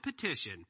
petition